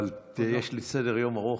אבל יש לי סדר-יום ארוך.